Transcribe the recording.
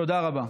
תודה רבה.